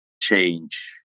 change